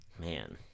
Man